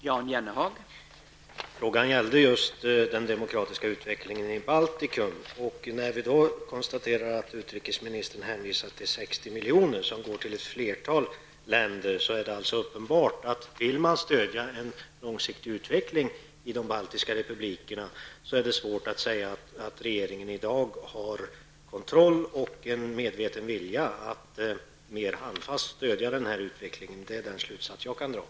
Herr talman! Frågan avsåg just den demokratiska utvecklingen i Baltikum. Utrikesministern hänvisade till de 60 milj.kr. som går till ett flertal länder. Det är uppenbart att det är svårt att säga att regeringen i dag har kontroll och en medveten vilja att mer handfast stödja en långsiktig utveckling i de baltiska republikerna. Det är den slutsats som jag drar.